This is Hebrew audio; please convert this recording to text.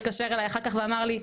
התקשר אליי אחר כך ואמר לי,